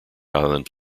island